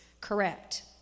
correct